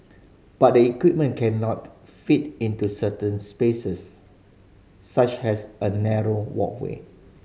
but the equipment cannot fit into certain spaces such as a narrow walkway